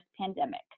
pandemic